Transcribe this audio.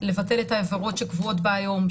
לבטל את העבירות שקבועות בה היום,